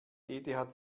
eth